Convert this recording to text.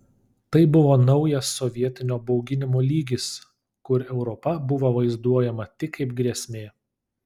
tai buvo naujas sovietinio bauginimo lygis kur europa buvo vaizduojama tik kaip grėsmė